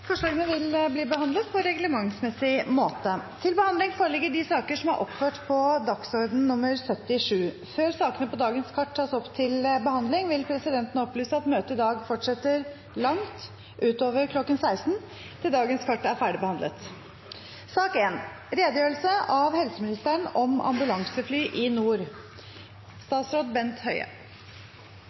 Forslagene vil bli behandlet på reglementsmessig måte. Før sakene på dagens kart tas opp til behandling, vil presidenten opplyse at møtet i dag fortsetter langt utover kl. 16.00, til dagens kart er ferdigbehandlet. Ambulanseflyene er en viktig del av helseberedskapen i